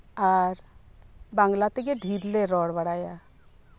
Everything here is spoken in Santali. ᱟᱨ ᱵᱟᱝᱞᱟ ᱛᱮᱜᱮ ᱰᱷᱤᱨ ᱞᱮ ᱨᱚᱲ ᱵᱟᱲᱟᱭᱟ